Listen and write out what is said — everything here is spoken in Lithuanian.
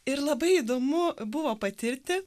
ir labai įdomu buvo patirti